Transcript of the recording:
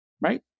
Right